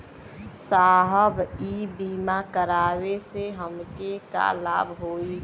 साहब इ बीमा करावे से हमके का लाभ होई?